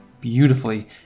beautifully